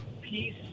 peace